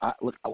look